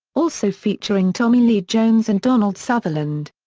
also featuring tommy lee jones and donald sutherland.